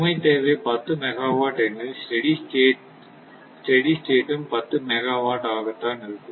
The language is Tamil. சுமை தேவை 10 மெகா வாட் எனில் ஸ்டெடி ஸ்டேட் ம் 10 மெகா வாட் ஆகத்தான் இருக்கும்